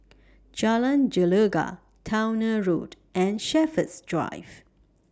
Jalan Gelegar Towner Road and Shepherds Drive